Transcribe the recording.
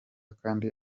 kandi